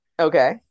okay